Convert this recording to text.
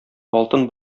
алтын